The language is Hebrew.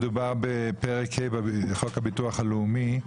מדובר בפרק ה' בחוק הביטוח הלאומי,